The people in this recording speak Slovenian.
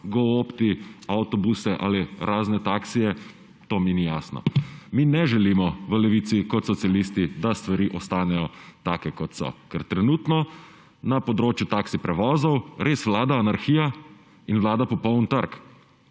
GoOpti, avtobuse ali razne taksije, to mi ni jasno. Mi ne želimo, v Levici, kot socialisti, da stvari ostanejo take, kot so, ker trenutno na področju taksi prevozov res vlada anarhija in vlada popoln trg.